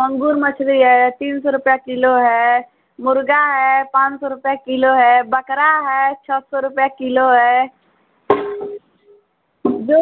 मंगुर मछरी है या तीन सौ रुपया किलो है मुर्गा है पाँच सौ रुपये किलो है बकरा है छः रुपये किलो है जो